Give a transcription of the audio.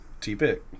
T-Pick